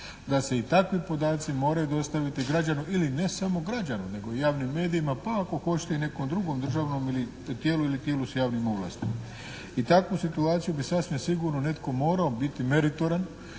da se i takvi podaci moraju dostaviti građanu, ili ne samo građanu nego i javnim medijima, pa ako hoćete i nekom drugom državnom tijelu ili tijelu s javnim ovlastima. I takvu situaciju bi sasvim sigurno netko morao biti meritoran